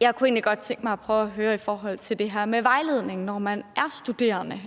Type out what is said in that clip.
Jeg kunne egentlig godt tænke mig at prøve at høre i forhold til det her med vejledning, når man er studerende.